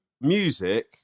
music